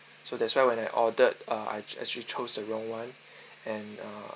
so that's why when I ordered uh I actually chose the wrong [one] and uh